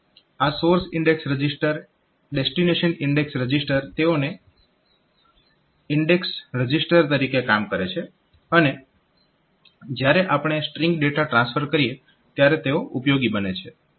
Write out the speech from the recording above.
આ source index register destination index register તેઓ index register તરીકે કામ કરે છે અને જ્યારે આપણે સ્ટ્રીંગ ડેટા ટ્રાન્સફર કરીએ ત્યારે તેઓ ઉપયોગી બને છે